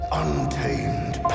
untamed